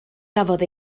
gafodd